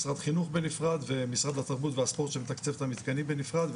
משרד החינוך בנפרד ומשרד התרבות והספורט שמתקצב את המתקנים בנפרד,